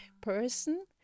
person